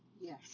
Yes